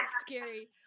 scary